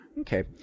Okay